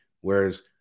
whereas